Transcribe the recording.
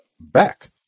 back